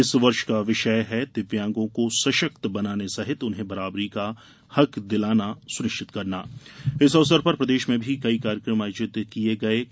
इस वर्ष का विषय है दिव्यांगों को सशक्त बनाने सहित उन्हें बराबरी का हक दिलाना सुनिश्चित करना इस अवसर पर प्रदेश में भी कई कार्यक्रम आयोजित किये जायेंगे